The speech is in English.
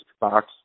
box